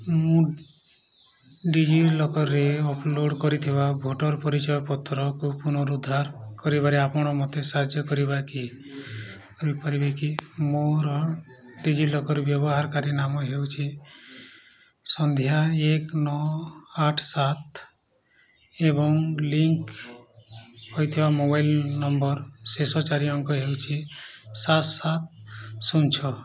ମୁଁ ଡିଜିଲକର୍ରେ ଅପଲୋଡ଼୍ କରିଥିବା ଭୋଟର୍ ପରିଚୟ ପତ୍ରକୁ ପୁନରୁଦ୍ଧାର କରିବାରେ ଆପଣ ମୋତେ ସାହାଯ୍ୟ କରିବା କି କରିପାରିବେ କି ମୋର ଡିଜିଲକର୍ ବ୍ୟବହାରକାରୀ ନାମ ହେଉଛି ସନ୍ଧ୍ୟା ଏକ ନଅ ଆଠ ସାତ ଏବଂ ଲିଙ୍କ୍ ହୋଇଥିବା ମୋବାଇଲ୍ ନମ୍ବର୍ର ଶେଷ ଚାରି ଅଙ୍କ ହେଉଛି ସାତ ସାତ ଶୂନ ଛଅ